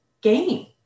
game